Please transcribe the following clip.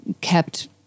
kept